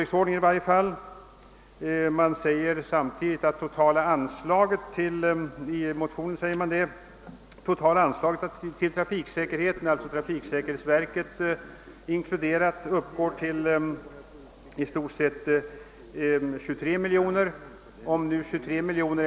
I motionen framhålles också att det totala anslaget för trafiksäkerhet, d. v. s. inklusive medel för trafiksäkerhetsverket, uppgår till i runt tal 23 miljoner kronor.